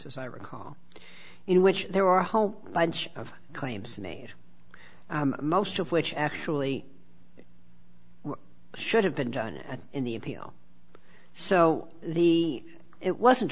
as i recall in which there were a whole bunch of claims to me most of which actually should have been done in the appeal so the it wasn't